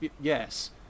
yes